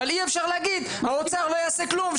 אבל אי-אפשר להגיד האוצר לא יעשה כלום,